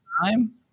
time